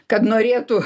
kad norėtų